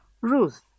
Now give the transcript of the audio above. Ruth